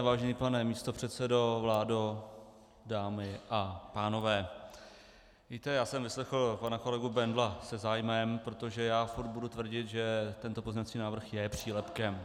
Vážený pane místopředsedo, vládo, dámy a pánové, víte, já jsem vyslechl pana kolegu Bendla se zájmem, protože já furt budu tvrdit, že tento pozměňovací návrh je přílepkem.